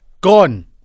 gone